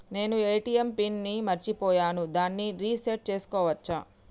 నేను ATM pin ని మరచిపోయాను దాన్ని రీ సెట్ చేసుకోవచ్చా?